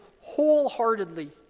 wholeheartedly